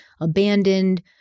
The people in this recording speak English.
abandoned